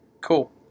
Cool